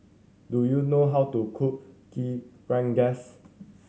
do you know how to cook kee rengas